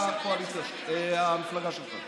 אוקיי, הבנתי אותך.